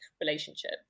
relationship